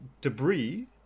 Debris